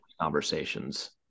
conversations